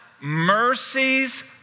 Mercies